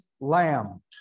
lamb